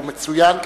שהוא מצוין,